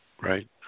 Right